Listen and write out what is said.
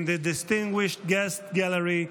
in the Distinguished Guests Gallery,